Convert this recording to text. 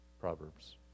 Proverbs